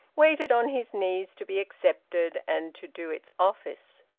waited on his knees to be accepted and to do its office.